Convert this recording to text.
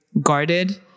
guarded